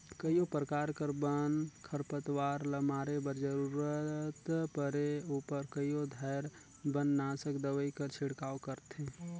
कइयो परकार कर बन, खरपतवार ल मारे बर जरूरत परे उपर कइयो धाएर बननासक दवई कर छिड़काव करथे